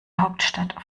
hauptstadt